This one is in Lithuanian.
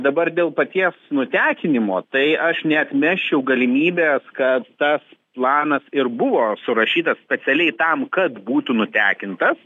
dabar dėl paties nutekinimo tai aš neatmesčiau galimybės kad tas planas ir buvo surašytas specialiai tam kad būtų nutekintas